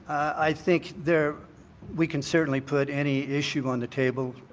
i think there we can certainly put any issue on the table.